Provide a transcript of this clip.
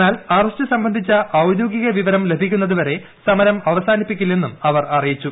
എന്നാൽ അറസ്റ്റ് സംബന്ധിച്ച ഔദ്യോഗിക വിവരം ലഭിക്കുന്നതുവരെ സമരം അവസാനിപ്പിക്കില്ലെന്നും അവർ അറിയിച്ചു